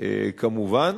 כמובן.